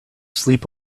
sleep